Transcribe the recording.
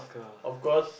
of course